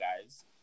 guys